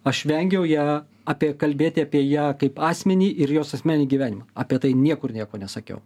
aš vengiau ją apie kalbėti apie ją kaip asmenį ir jos asmeninį gyvenimą apie tai niekur nieko nesakiau